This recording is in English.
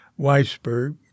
Weisberg